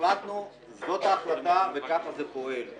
זאת ההחלטה וככה זה פועל.